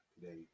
today